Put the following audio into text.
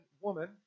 woman